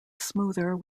smoother